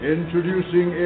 Introducing